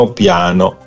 piano